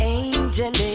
angel